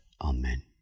Amen